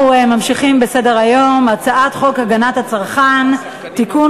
אנחנו ממשיכים בסדר-היום: הצעת חוק הגנת הצרכן (תיקון,